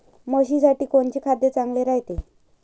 म्हशीसाठी कोनचे खाद्य चांगलं रायते?